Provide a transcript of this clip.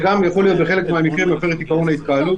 בחלק מהמקרים זה גם מפר את עיקרון ההתקהלות,